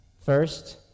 First